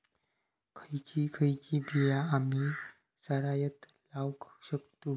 खयची खयची बिया आम्ही सरायत लावक शकतु?